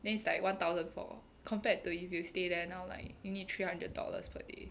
then it's like one thousand four compared to if you stay there now like you need three hundred dollars per day